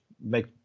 make